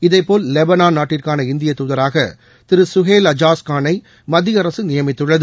இதேபோல் லெபானான் நாட்டுக்கான இந்திய தூதராக திரு சுஹேல் அஜாஸ் கானை மத்திய அரசு நியமித்துள்ளது